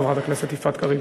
חברת הכנסת יפעת קריב.